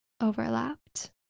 overlapped